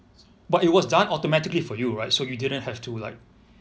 but it was done automatically for you right so you didn't have to like